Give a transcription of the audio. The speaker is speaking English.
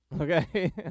Okay